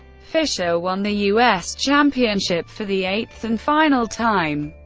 fischer won the u s. championship for the eighth and final time,